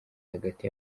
hagati